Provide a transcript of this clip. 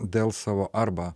dėl savo arba